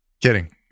Kidding